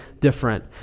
different